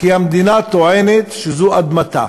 כי המדינה טוענת שזו אדמתה.